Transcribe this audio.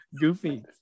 goofy